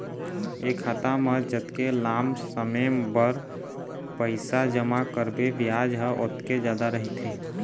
ए खाता म जतके लाम समे बर पइसा जमा करबे बियाज ह ओतके जादा रहिथे